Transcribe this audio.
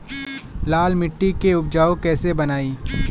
लाल मिट्टी के उपजाऊ कैसे बनाई?